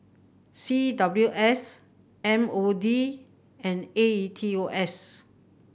C W S M O D and A E T O S